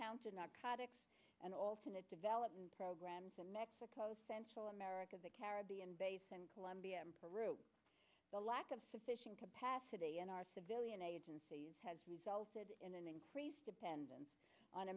counter narcotics and alternate development programs in mexico central america the caribbean basin colombia and peru the lack of sufficient capacity in our civilian agencies has resulted in an increased dependence on